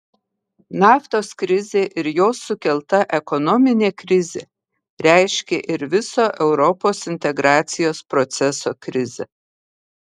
naftos krizė ir jos sukelta ekonominė krizė reiškė ir viso europos integracijos proceso krizę